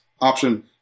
option